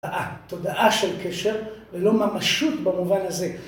תודעה, תודעה של קשר ולא ממשות במובן הזה.